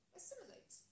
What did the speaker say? assimilate